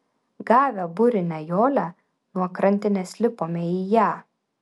gavę burinę jolę nuo krantinės lipome į ją